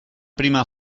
prima